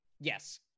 Yes